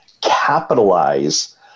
capitalize